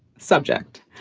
subject.